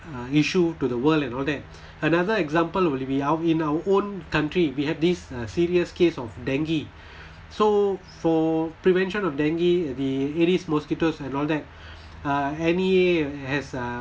ah issue to the world and all that another example will be our in our own country we have this uh serious case of dengue so for prevention of dengue the aedes mosquitoes and all that uh N_E_A has uh